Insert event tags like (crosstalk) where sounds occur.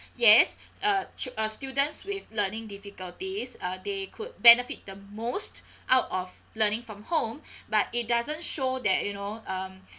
yes uh stu~ uh students with learning difficulties uh they could benefit the most out of learning from home (breath) but it doesn't show that you know um (breath)